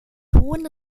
hohen